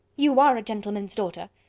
you are a gentleman's daughter.